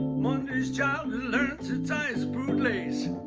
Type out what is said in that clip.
monday's child has learned to tie his bootlace